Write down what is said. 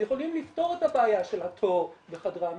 אנחנו יכולים לפתור את הבעיה של התור בחדרי המיון.